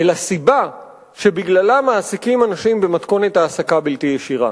אל הסיבה שבגללה מעסיקים אנשים במתכונת העסקה בלתי ישירה,